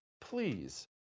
Please